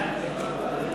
הצעת סיעת העבודה להביע